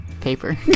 Paper